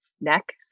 neck